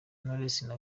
knowless